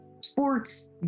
sports